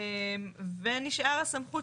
ונשאר הסמכות,